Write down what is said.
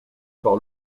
par